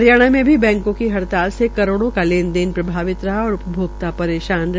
हरियाणा में भी बैंको की हड़ताल से करोड़ा का लेन देन प्रभावित रहा और उपभोक्ता परेशान रहे